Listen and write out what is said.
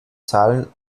zahlen